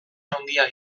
handia